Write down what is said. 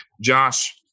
Josh